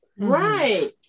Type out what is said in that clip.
right